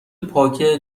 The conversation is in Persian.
پاکه